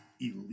elite